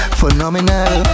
phenomenal